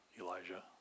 Elijah